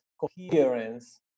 coherence